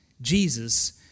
Jesus